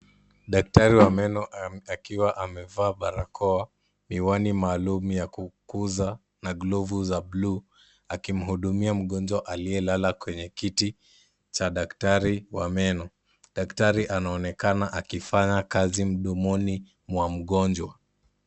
Daktari wa meno akiwa amevaa barakoa, miwani maalum ya kukuza na glovu za bluu, akimhudumia mgonjwa aliyelala kwenye kiti, cha daktari wa meno. Daktari anaonekana akifanya kazi mdomoni mwa mgonjwa.